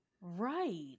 Right